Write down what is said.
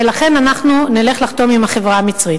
ולכן אנחנו נלך לחתום עם החברה המצרית.